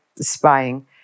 spying